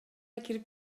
кирип